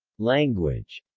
language